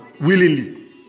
willingly